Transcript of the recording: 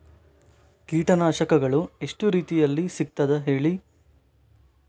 ಕೀಟನಾಶಕಗಳು ಎಷ್ಟು ರೀತಿಯಲ್ಲಿ ಸಿಗ್ತದ ಹೇಳಿ